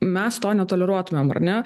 mes to netoleruotumėm ar ne